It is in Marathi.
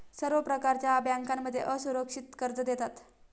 सर्व प्रकारच्या बँकांमध्ये असुरक्षित कर्ज देतात